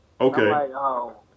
Okay